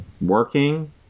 working